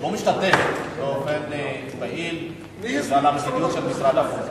לא משתתף באופן פעיל, מי הזמין את משרד החוץ?